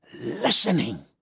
listening